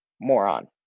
moron